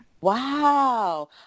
Wow